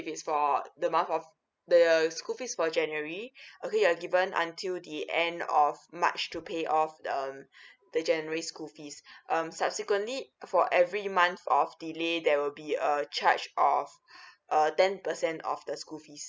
if it's for the month of the school fees for january okay you are given until the end of march to pay off the um the january's school fees um subsequently for every month of delay there will be a charge of err ten percent of the school fees